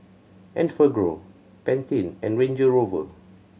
Enfagrow Pantene and Range Rover